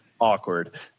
Awkward